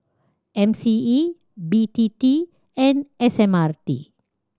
M C E B T T and S M R T